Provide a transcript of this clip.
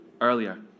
earlier